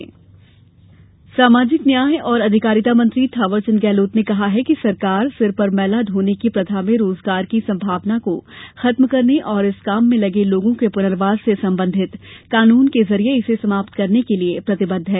गहलोत सामाजिक न्याय और अधिकारिता मंत्री थावर चंद गहलोत ने कहा है कि सरकार सिर पर मैला ढोने की प्रथा में रोजगार की संभावना को खत्म करने तथा इस काम में लगे लोगों के पुनर्वास से संबंधित कानून के जरिए इसे समाप्त करने के लिए प्रतिबद्ध है